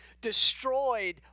destroyed